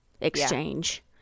exchange